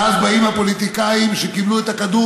ואז באים הפוליטיקאים שקיבלו את הכדור